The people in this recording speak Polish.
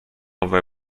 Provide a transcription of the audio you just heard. owe